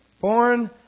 Born